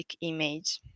image